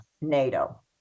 NATO